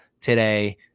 today